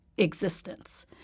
existence